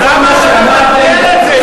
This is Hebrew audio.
בושה וחרפה.